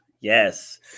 Yes